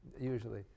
usually